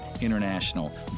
International